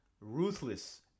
ruthless